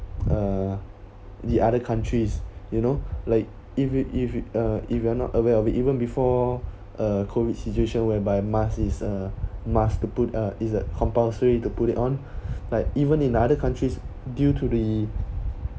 uh the other countries you know like if it if if uh you are not aware of a even before a COVID situation whereby mask is a must to put uh it's a compulsory to put it on like even in other countries due to the